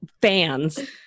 Fans